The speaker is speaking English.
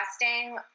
investing